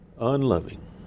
unloving